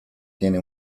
tiene